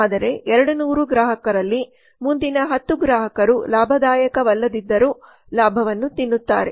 ಆದರೆ 200 ಗ್ರಾಹಕರಲ್ಲಿ ಮುಂದಿನ 10 ಗ್ರಾಹಕರು ಲಾಭದಾಯಕವಲ್ಲದಿದ್ದರೂ ಲಾಭವನ್ನು ತಿನ್ನುತ್ತಾರೆ